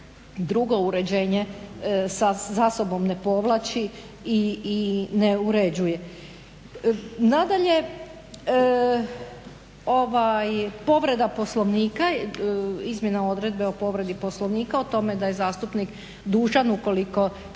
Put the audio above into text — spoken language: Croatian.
drugo uređenje za sobom ne povlači i ne uređuje. Nadalje, povreda Poslovnika, izmjene odredbi o povredi Poslovnika o tome da je zastupnik dužan ukoliko